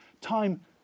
Time